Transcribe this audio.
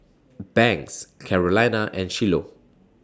Banks Carolina and Shiloh